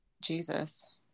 Jesus